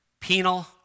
penal